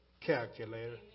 calculator